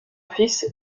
fils